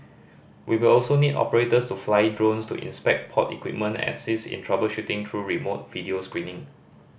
we will also need operators to fly drones to inspect port equipment and assist in troubleshooting through remote video screening